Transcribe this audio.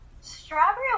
Strawberry